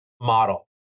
model